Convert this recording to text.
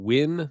Win